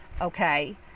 okay